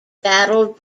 battled